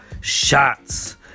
shots